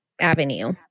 avenue